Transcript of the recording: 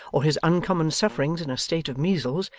or his uncommon sufferings in a state of measles,